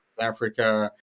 Africa